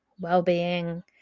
well-being